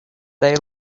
they